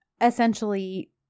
essentially